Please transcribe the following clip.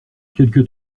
quelques